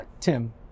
Tim